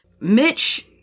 Mitch